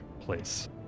place